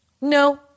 No